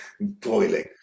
boiling